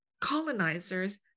colonizers